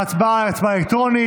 ההצבעה היא הצבעה אלקטרונית.